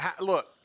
look